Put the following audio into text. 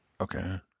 okay